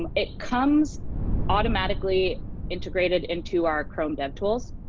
um it comes automatically integrated into our chrome devtools.